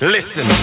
Listen